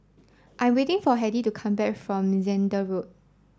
I waiting for Hedy to come back from Zehnder Road